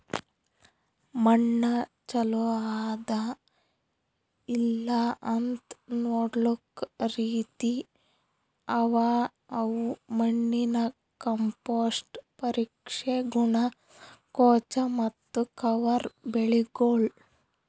ಮಣ್ಣ ಚಲೋ ಅದಾ ಇಲ್ಲಾಅಂತ್ ನೊಡ್ಲುಕ್ ರೀತಿ ಅವಾ ಅವು ಮಣ್ಣಿನ ಕಾಂಪೋಸ್ಟ್, ಪರೀಕ್ಷೆ, ಗುಣ, ಸಂಕೋಚ ಮತ್ತ ಕವರ್ ಬೆಳಿಗೊಳ್